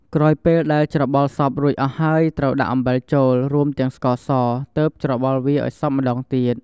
ក្រោយពេលដែលច្របល់សព្វរួចអស់ហើយត្រូវដាក់អំបិលចូល រួមទាំងស្ករស ទើបច្របល់វាឱ្យសព្វម្ដងទៀត។